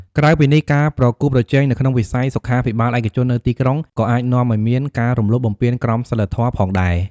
ក្រៅពីនេះ ការប្រកួតប្រជែងនៅក្នុងវិស័យសុខាភិបាលឯកជននៅទីក្រុង ក៏អាចនាំឱ្យមាន ការរំលោភបំពានក្រមសីលធម៌ ផងដែរ។